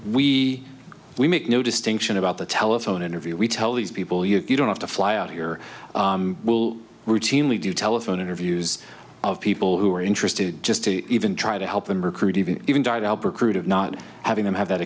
we we make no distinction about the telephone interview we tell these people you don't have to fly out here will routinely do telephone interviews of people who are interested just to even try to help them recruit even even died albert crude of not having them have that